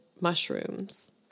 mushrooms